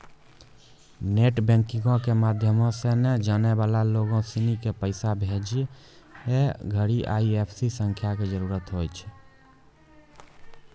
net बैंकिंगो के माध्यमो से नै जानै बाला लोगो सिनी के पैसा भेजै घड़ि आई.एफ.एस.सी संख्या के जरूरत होय छै